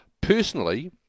Personally